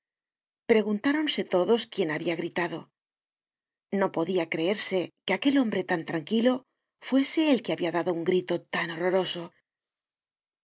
pasado preguntáronse todos quién habia gritado no podia creerse que aquel hombre tan tranquilo fuese el que habia dado un grito tan horroroso